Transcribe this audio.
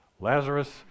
Lazarus